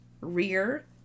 rear